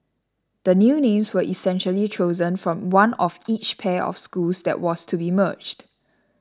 the new names were essentially chosen from one of each pair of schools that was to be merged